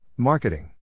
Marketing